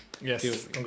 Yes